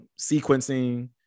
sequencing